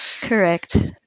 Correct